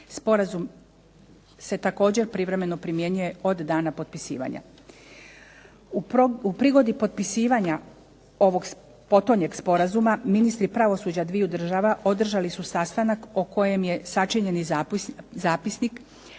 Sporazum se također privremeno primjenjuje od dana potpisivanja. U prigodi potpisivanja ovog potonjeg sporazuma ministri pravosuđa dviju država održali su sastanak o kojem je sačinjen i zapisnik,